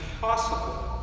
possible